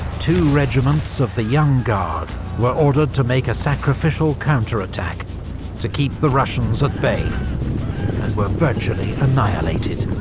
two regiments of the young guard were ordered to make a sacrificial counterattack to keep the russians at bay. and were virtually annihilated.